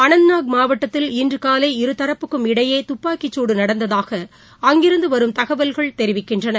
அனந்நாத் மாவட்டத்தில் இன்றுகாலை இருதரப்புக்கும் இடையேதுப்பாக்கி சூடு நடந்ததாக அங்கிருந்துவரும் தகவல்கள் தெரிவிக்கின்றன